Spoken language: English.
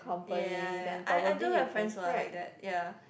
ya ya ya I I do have friends who are like that ya